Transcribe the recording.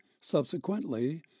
subsequently